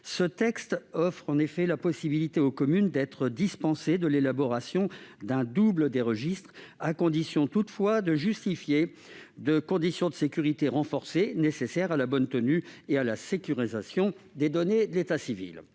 Ce texte offre en effet la possibilité aux communes d'être dispensées de l'élaboration d'un double des registres, à condition toutefois de justifier de conditions de sécurité renforcées nécessaires à la bonne tenue et à la sécurisation des données de l'état civil.